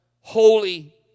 holy